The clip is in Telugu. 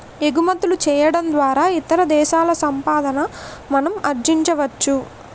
ఎగుమతులు చేయడం ద్వారా ఇతర దేశాల సంపాదన మనం ఆర్జించవచ్చు